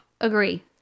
Agree